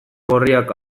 gorriak